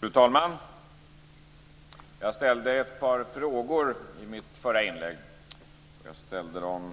Fru talman! Jag ställde ett par frågor i mitt förra inlägg. Jag ställde dem